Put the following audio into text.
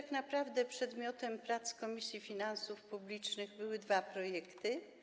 Tak naprawdę przedmiotem prac Komisji Finansów Publicznych były dwa projekty.